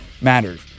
matters